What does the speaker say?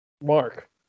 mark